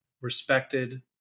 respected